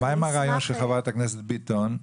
מה עם הרעיון של חברת הכנסת ביטון,